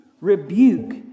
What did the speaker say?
rebuke